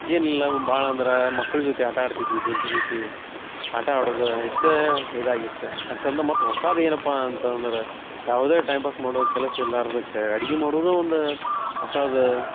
ಎಲ್ಲವು ಭಾಳ ಅಂದ್ರ ಮಕ್ಳು ಜೊತೆ ಆಟ ಆಡ್ತಿದ್ವಿ ಹೆಂಡತಿ ಜೊತೆ ಆಟ ಆಡೋದ ಇಷ್ಟಾ ಇದಾಗಿತ್ತ ಅಷ್ಟು ಅಲ್ದ ಮತ್ತೆ ಹೊಸಾದು ಏನಪ್ಪಾ ಅಂತಂದರೆ ಯಾವುದೇ ಟೈಮ್ ಪಾಸ್ ಮಾಡೋ ಕೆಲಸ ಇಲ್ಲಾರ್ದಕ್ಕೆ ಅಡ್ಗಿ ಮಾಡೋದ ಒಂದ ಹೊಸಾದ